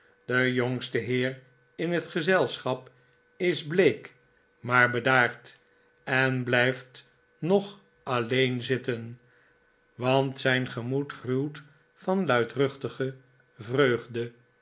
de jongste heer in het gezelschap is bleek maar de kwaal van den heer pecksniff bedaard en blijft nog alleen zitten want zijn gemoed gruwt van luidruchtige vreugde